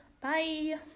Bye